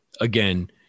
again